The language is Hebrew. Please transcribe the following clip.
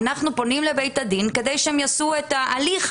אנחנו פונים לבית הדין כדי שהם יעשו את ההליך,